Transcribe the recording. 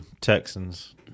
Texans